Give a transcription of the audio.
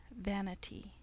vanity